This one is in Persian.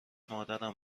مادرم